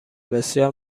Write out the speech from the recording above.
بسیار